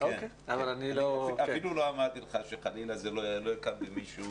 שחלילה מישהו